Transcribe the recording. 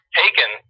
taken